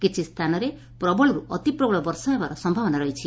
କିଛି ସ୍ଥାନରେ ପ୍ରବଳରୁ ଅତି ପ୍ରବଳ ବର୍ଷା ହେବାର ସୟାବନା ରହିଛି